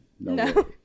no